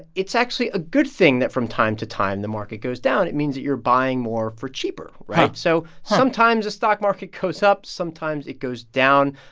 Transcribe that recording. it's actually a good thing that, from time to time, the market goes down. it means that you're buying more for cheaper, right? so sometimes, the stock market goes up. sometimes, it goes down.